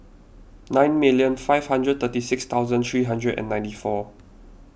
nine million five hundred thirty six thousand three hundred and ninety four